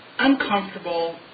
Uncomfortable